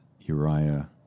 Uriah